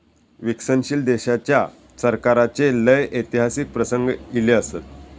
विकसनशील देशाच्या सरकाराचे लय ऐतिहासिक प्रसंग ईले असत